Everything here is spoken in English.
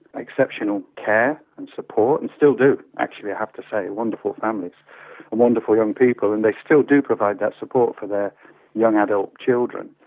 exceptional care and support and still do actually i have to say, wonderful families and wonderful young people, and they still do provide that support for their young adult children.